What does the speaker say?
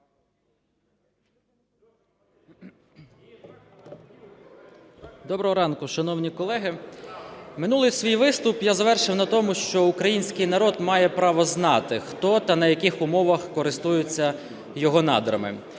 Доброго ранку, шановні колеги! Минулий свій виступ я завершив на тому, що український народ має право знати, хто та на яких умовах користується його надрами.